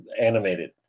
animated